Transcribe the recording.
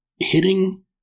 hitting